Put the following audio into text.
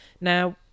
Now